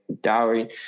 Dowry